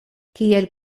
kiel